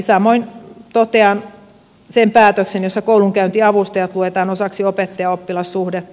samoin totean sen päätöksen jossa koulunkäyntiavustajat luetaan osaksi opettajaoppilas suhdetta